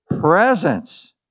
presence